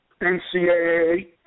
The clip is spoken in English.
NCAA